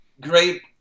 Great